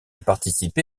participé